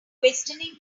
questioning